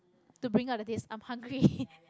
to bringout the taste i'm hungry